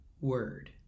word